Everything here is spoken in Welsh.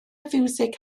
fiwsig